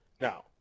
Now